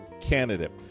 candidate